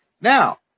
Now